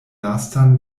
lastan